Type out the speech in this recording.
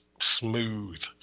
smooth